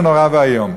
זה נורא ואיום.